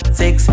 six